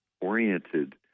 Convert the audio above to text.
oriented